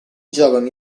giocano